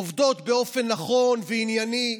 עובדות באופן נכון וענייני,